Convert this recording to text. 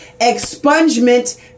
Expungement